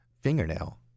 fingernail